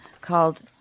called